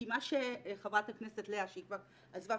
כי מה שחברת הכנסת לאה פדידה, שכבר עזבה,